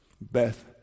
Beth